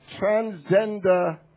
transgender